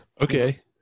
Okay